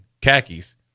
Khakis